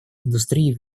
индустрии